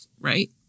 right